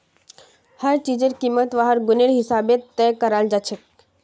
हर चीजेर कीमत वहार गुनेर हिसाबे तय कराल जाछेक